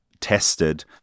tested